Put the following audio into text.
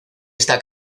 está